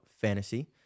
Fantasy